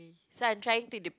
so I'm trying to the